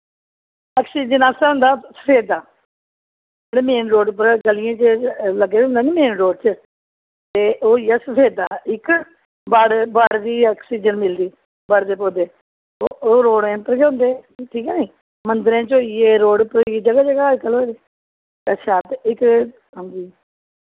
oxygen आस्तै होंदा सफेदा जेह्ड़े मेन रोड़ उप्पर गलियें च लग्गे दे होंदे निं मेन रोड़ च ते ओह् होई गेआ सफेदा इक बड़ बड़ दी आक्सीजन मिलदी बड़ दे पौधे ओह् रोड़ें पर गै होंदे ठीक ऐ नेईं मंदरें च होई गे रोड़ च होई गे ज'गा ज'गा अज कल्ल होए दे अच्छा ते इक